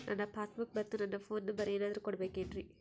ನನ್ನ passbook ಮತ್ ನನ್ನ ಫೋನ್ ನಂಬರ್ ಏನಾದ್ರು ಕೊಡಬೇಕೆನ್ರಿ?